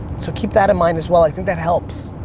so keep that in mind as well. i think that helps.